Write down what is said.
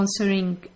sponsoring